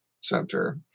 Center